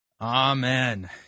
Amen